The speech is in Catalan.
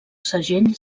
segell